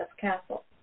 Castle